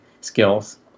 skills